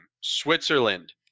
Switzerland